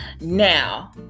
Now